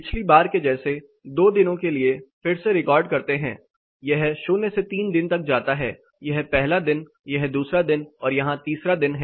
पिछली बार के जैसे दो दिनों के लिए फिर से रिकॉर्ड करते हैं यह 0 से 3 दिन तक जाता है यह पहला दिन यह दूसरा दिन और यहां तीसरा दिन है